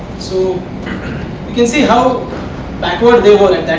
so you can see how backward they were